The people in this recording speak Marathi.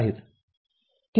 ठीक आहे का